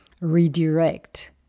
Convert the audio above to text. redirect